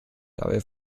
dabei